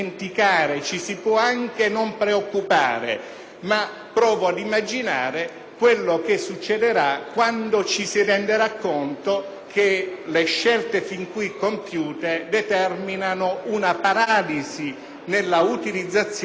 provo ad immaginare quello che succederà quando ci si renderà conto che le scelte fin qui compiute determinano una paralisi nella utilizzazione delle risorse comunitarie.